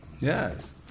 Yes